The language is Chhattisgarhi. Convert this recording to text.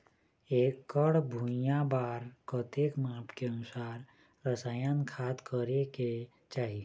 एकड़ भुइयां बार कतेक माप के अनुसार रसायन खाद करें के चाही?